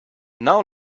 now